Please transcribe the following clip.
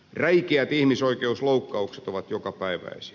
räikeät ihmisoikeusloukkaukset ovat jokapäiväisiä